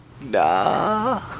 nah